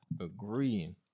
agreeing